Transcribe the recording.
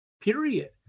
period